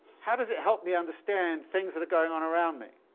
how does that help me understand things that are going on around me?